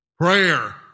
prayer